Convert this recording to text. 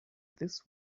this